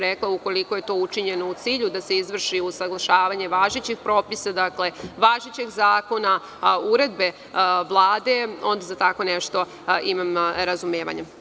Rekla sam ukoliko je to već učinjeno u cilju da se izvrši usaglašavanje važećih propisa, važećeg zakona uredbe Vlade onda za tako nešto imam razumevanja.